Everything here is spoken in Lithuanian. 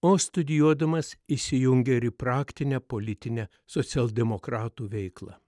o studijuodamas įsijungė ir į praktinę politinę socialdemokratų veiklą